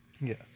Yes